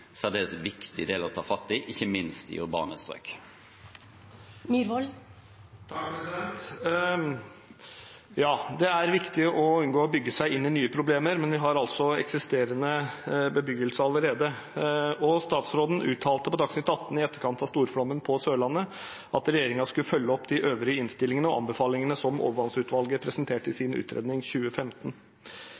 særdeles viktig del å ta fatt i, ikke minst i urbane strøk. Det er viktig å unngå å bygge seg inn i nye problemer, men vi har altså eksisterende bebyggelse allerede. Statsråden uttalte på Dagsnytt atten i etterkant av storflommen på Sørlandet at regjeringen skulle følge opp de øvrige innstillingene og anbefalingene som overvannsutvalget presenterte i sin utredning i 2015.